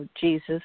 Jesus